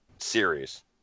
series